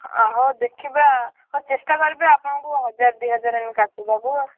ହଁ ଦେଖିବା ହଉ ଚେଷ୍ଟା କରିବି ଆପଣଙ୍କୁ ହଜାର ଦୁଇହଜାର ଆମେ କାଟିଦବୁ ଆଉ